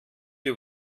die